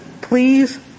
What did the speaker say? please